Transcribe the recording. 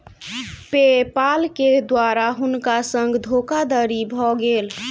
पे पाल के द्वारा हुनका संग धोखादड़ी भ गेल